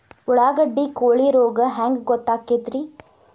ಉಳ್ಳಾಗಡ್ಡಿ ಕೋಳಿ ರೋಗ ಹ್ಯಾಂಗ್ ಗೊತ್ತಕ್ಕೆತ್ರೇ?